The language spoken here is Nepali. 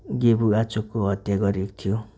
गेबु आचुकको हत्या गरिएको थियो